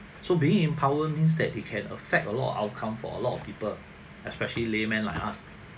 so being in power means that you can affect a lot of outcome for a lot of people especially layman like us